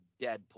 deadpool